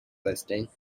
listing